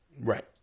Right